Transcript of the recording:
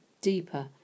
deeper